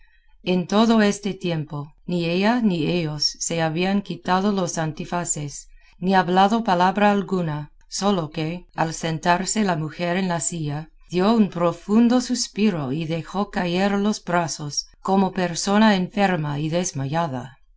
en todo este tiempo ni ella ni ellos se habían quitado los antifaces ni hablado palabra alguna sólo que al sentarse la mujer en la silla dio un profundo suspiro y dejó caer los brazos como persona enferma y desmayada